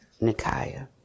Nikaya